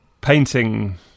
painting